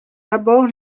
d’abord